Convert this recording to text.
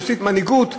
יוסיף מנהיגות,